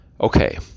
okay